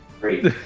Great